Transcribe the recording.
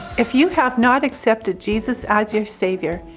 if you have not accepted jesus as your savior,